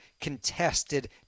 contested